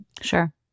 sure